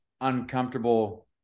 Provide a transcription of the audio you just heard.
uncomfortable